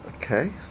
Okay